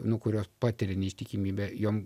nu kurios patiria neištikimybę jom